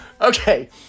Okay